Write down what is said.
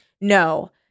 no